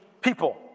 people